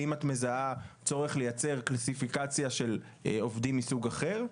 האם את מזהה צורך לייצר קלסיפיקציה של עובדים מסוג אחר,